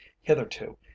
hitherto